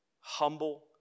humble